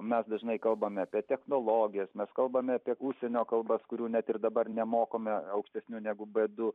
mes dažnai kalbame apie technologijas mes kalbame apie užsienio kalbas kurių net ir dabar nemokome aukštesniu negu b du